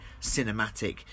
cinematic